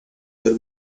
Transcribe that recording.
del